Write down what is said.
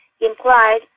implied